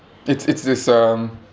it's it's this um